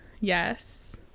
yes